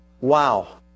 Wow